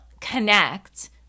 connect